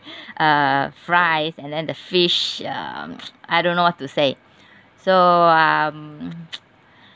uh fries and then the fish uh I don't know what to say so um